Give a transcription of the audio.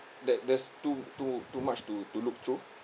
there there's too too too much to to look through